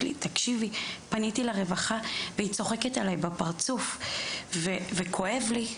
לי: פניתי לרווחה והיא צוחקת לי בפרצוף וכואב לי.